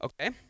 okay